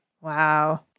Wow